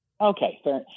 Okay